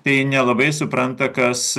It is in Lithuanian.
tai nelabai supranta kas